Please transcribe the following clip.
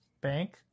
Bank